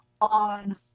on